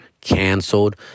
canceled